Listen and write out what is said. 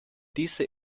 diese